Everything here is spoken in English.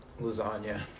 Lasagna